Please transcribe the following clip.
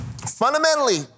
fundamentally